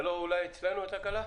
אולי אצלנו התקלה?